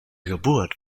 geburt